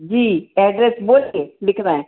जी address बोलिए लिख रहे हैं